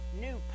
new